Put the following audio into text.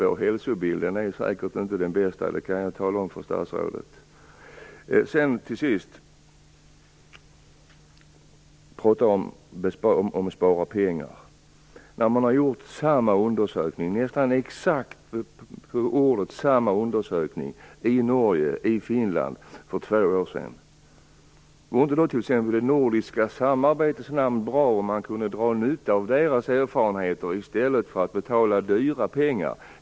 Vår hälsobild är säkert inte den bästa - det kan jag tala om för statsrådet. Vi talar om att spara pengar. Man har gjort nästan exakt på ordet samma undersökning i Norge och Finland för två år sedan. Vore det då inte, i det nordiska samarbetets namn, bra om vi kunde dra nytta av dessa erfarenheter i stället för att betala dyra pengar?